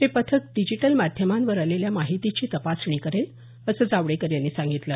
हे पथक डिजिटल माध्यमांवर आलेल्या माहितीची तपासणी करेल असं जावडेकर यांनी सांगितलं